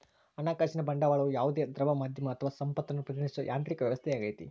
ಹಣಕಾಸಿನ ಬಂಡವಾಳವು ಯಾವುದೇ ದ್ರವ ಮಾಧ್ಯಮ ಅಥವಾ ಸಂಪತ್ತನ್ನು ಪ್ರತಿನಿಧಿಸೋ ಯಾಂತ್ರಿಕ ವ್ಯವಸ್ಥೆಯಾಗೈತಿ